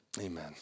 Amen